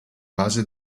base